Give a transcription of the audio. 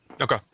Okay